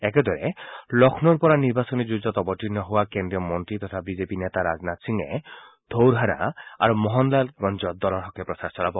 একেদৰে লক্ষ্ণৌৰ পৰা নিৰ্বাচনী যুঁজত অৱতীৰ্ণ হোৱা কেন্দ্ৰীয় মন্ত্ৰী তথা বিজেপি দলৰ নেতা ৰাজনাথ সিঙে টৌৰহাৰা আৰু মোহনলালগঞ্জত দলৰ হকে প্ৰচাৰ চলাব